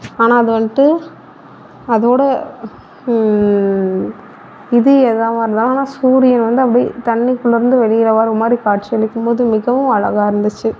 ஆனால் அது வந்துட்டு அதோடய இது எதாவாக இருந்தாலும் ஆனால் சூரியன் வந்து அப்படியே தண்ணிக்குள்ளே இருந்து வெளியில் வரமாதிரி காட்சி அளிக்கும்போது மிகவும் அழகா இருந்துச்சு